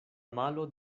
malo